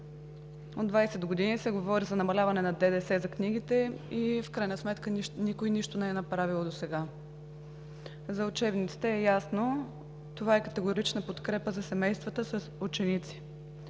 От 20 години се говори за намаляване на ДДС за книгите и в крайна сметка никой нищо не е направил досега. За учебниците е ясно. Това е категорична подкрепа за семействата с ученици